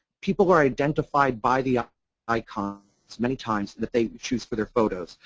people are identified by the ah icons many times that they choose for your photos.